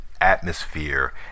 atmosphere